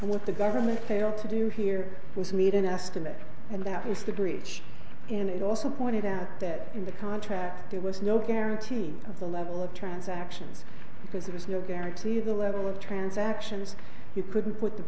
it's what the government failed to do here was made an estimate and that was the breach and it also pointed out that in the contract there was no guarantee of the level of transactions because it was no guarantee the level of transactions you couldn't put the